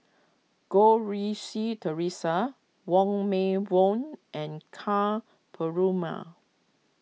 Goh Rui Si theresa Wong Meng Voon and Ka Perumal